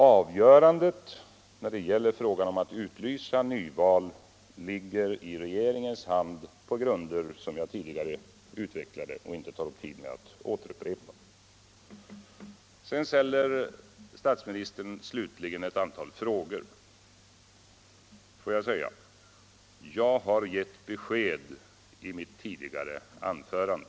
Avgörandet i frågan om att utlysa nyval ligger i regeringens hand på grunder som jag tidigare utvecklade och inte tar upp tiden med att återupprepa. Statsministern ställde i slutet av sitt anförande ett antal frågor. Jag har gett besked om dessa i mitt tidigare anförande.